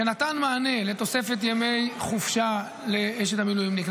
שנתן מענה לתוספת ימי חופשה לאשת המילואימניק,